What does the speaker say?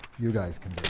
you guys can